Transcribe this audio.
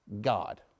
God